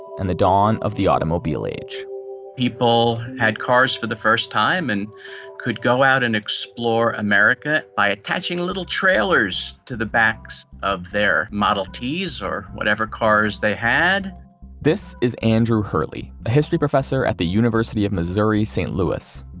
and the dawn of the automobile age people had cars for the first time, and could go out and explore america by attaching little trailers to the backs of their model ts, or whatever cars they had this is andrew hurley, a history professor at the university of missouri-st. louis.